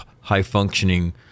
high-functioning